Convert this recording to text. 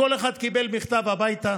כל אחד קיבל מכתב הביתה